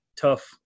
tough